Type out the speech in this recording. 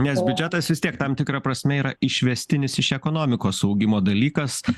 nes biudžetas vis tiek tam tikra prasme yra išvestinis iš ekonomikos augimo dalykas